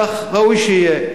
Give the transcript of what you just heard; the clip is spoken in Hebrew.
כך ראוי שיהיה,